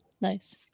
Nice